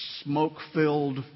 smoke-filled